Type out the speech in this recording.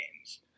games